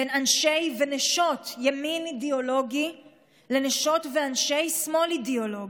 בין אנשי ונשות ימין אידיאולוגי לנשות ואנשי שמאל אידיאולוגי.